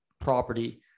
property